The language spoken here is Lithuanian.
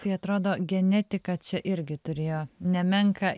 tai atrodo genetika čia irgi turėjo nemenką